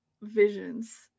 visions